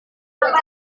dua